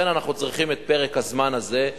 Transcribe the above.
לכן אנחנו צריכים את פרק הזמן הזה.